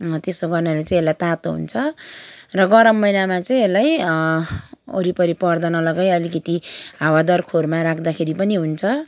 त्यसो गर्नाले चाहिँ यसलाई तातो हुन्छ र गरम महिनामा चाहिँ यसलाई वरिपरि पर्दा नलगाइ अलिकति हावादार खोरमा राख्दाखेरि पनि हुन्छ